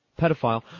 Pedophile